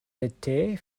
étaient